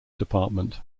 department